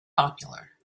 popular